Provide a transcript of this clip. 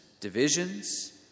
divisions